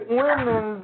women